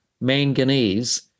manganese